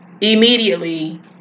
immediately